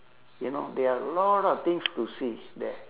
you know there are lot of things to see there